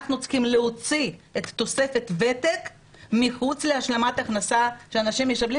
אנחנו צריכים להוציא את תוספת הוותק מחוץ להשלמת הכנסה שאנשים מקבלים.